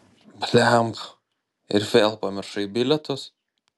blemba ir vėl pamiršai bilietus